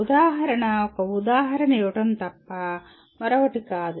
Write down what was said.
ఉదాహరణ ఒక ఉదాహరణ ఇవ్వడం తప్ప మరొకటి కాదు